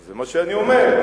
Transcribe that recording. זה מה שאני אומר.